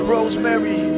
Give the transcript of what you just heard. Rosemary